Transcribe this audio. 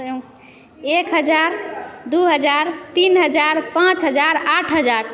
एक हजार दू हजार तीन हजार पाँच हजार आठ हजार